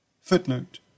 Footnote